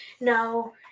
No